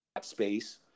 space